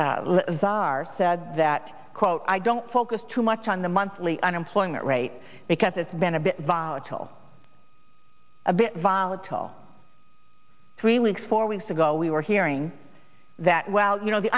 are said that quote i don't focus too much on the monthly unemployment rate because it's been a bit volatile a bit volatile three weeks four weeks ago we were hearing that well you know the